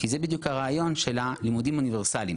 של הלימודים האוניברסליים.